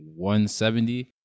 170